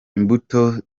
imbuto